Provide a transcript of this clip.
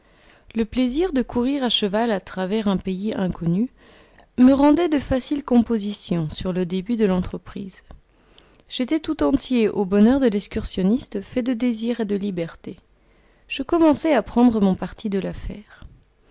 le plaisir de courir à cheval à travers un pays inconnu me rendait de facile composition sur le début de l'entreprise j'étais tout entier au bonheur de l'excursionniste fait de désirs et de liberté je commençais à prendre mon parti de l'affaire